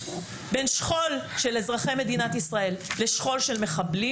בין שכול של אזרחי מדינת ישראל לשכול של מחבלים,